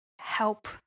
help